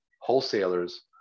wholesalers